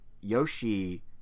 Yoshi